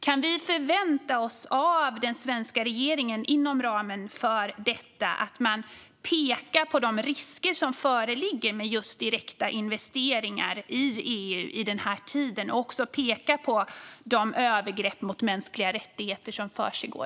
Kan vi förvänta oss att den svenska regeringen, inom ramen för detta, pekar på de risker som föreligger med just direkta investeringar i EU i denna tid och också pekar på de övergrepp mot mänskliga rättigheter som försiggår?